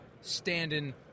standing